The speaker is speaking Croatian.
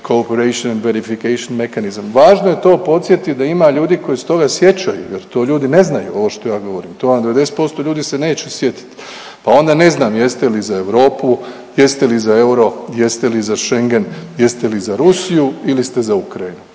engleski, ne razumije se./… Važno je to podsjetiti da ima ljudi koji se toga sjećaju, jer to ljudi ne znaju ovo što ja govorim. To vam 90% ljudi se neće sjetiti, pa onda ne znam jeste li za Europu, jeste li za euro, jeste li za Schengen, jeste li za Rusiju ili ste za Ukrajinu?